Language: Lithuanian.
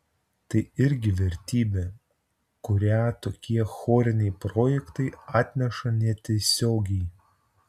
tai irgi vertybė kurią tokie choriniai projektai atneša netiesiogiai